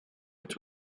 het